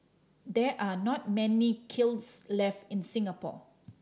there are not many kilns left in Singapore